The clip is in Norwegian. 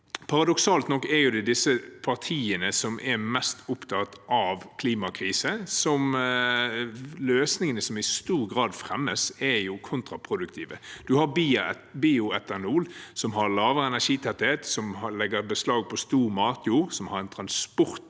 Paradoksalt nok er det de partiene som er mest opptatt av klimakrisen, som fremmer løsninger som i stor grad er kontraproduktive. Man har bioetanol, som har lavere energitetthet, som legger beslag på mye matjord, som medfører